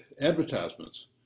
advertisements